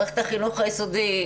מערכת החינוך היסודי,